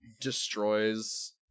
destroys